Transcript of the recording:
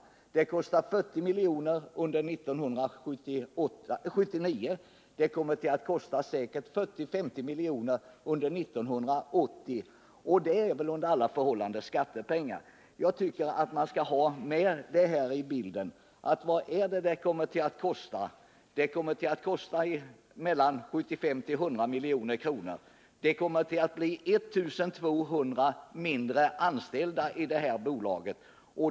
Det kostar 40 milj.kr. under 1979, och det kommer säkert att kosta 40-50 milj.kr. under 1980. Och det är väl under alla förhållanden skattepengar? Det kommer alltså att kosta 75-100 milj.kr., och det kommer att bli 1 200 färre anställda i detta bolag.